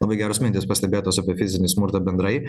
labai geros mintys pastebėtos apie fizinį smurtą bendrai